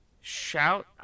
Shout